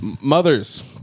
Mothers